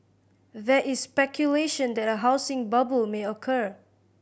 there is speculation that a housing bubble may occur